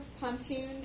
Pontoon